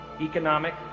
economic